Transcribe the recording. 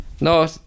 No